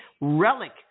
Relic